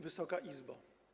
Wysoka Izbo!